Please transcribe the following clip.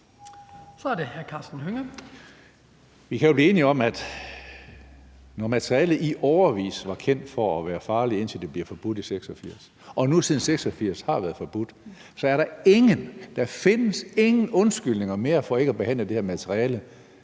Kl. 16:43 Karsten Hønge (SF): Vi kan jo blive enige om, at når materialet i årevis var kendt for at være farligt, indtil det blev forbudt i 1986 og nu siden 1986 har været forbudt, findes der ingen undskyldninger mere for ikke at behandle det her materiale